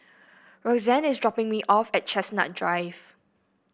Roxanne is dropping me off at Chestnut Drive